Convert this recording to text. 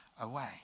away